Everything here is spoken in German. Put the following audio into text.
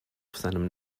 seinem